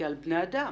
כעל בני אדם.